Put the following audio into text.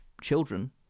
children